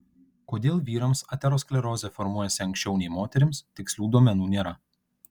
kodėl vyrams aterosklerozė formuojasi anksčiau nei moterims tikslių duomenų nėra